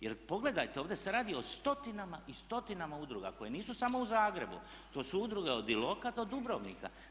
Jer pogledajte, ovdje se radi o stotinama i stotinama udruga koje nisu samo u Zagrebu, to su udruge od Iloka do Dubrovnika.